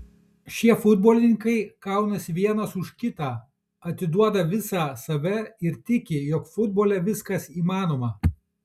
šie futbolininkai kaunasi vienas už kitą atiduoda visą save ir tiki jog futbole viskas įmanoma